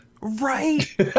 Right